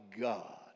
God